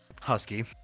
husky